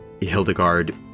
Hildegard